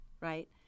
right